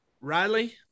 Riley